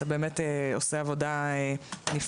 אתה באמת עושה עבודה נפלאה.